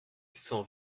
cent